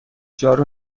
جارو